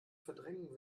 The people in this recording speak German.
verdrängen